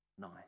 nice